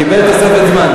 הוא קיבל תוספת זמן.